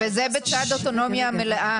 וזה בצד האוטונומיה המלאה.